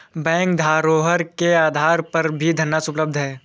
bank धरोहर के आधार पर भी धनराशि उपलब्ध कराती है